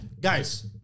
Guys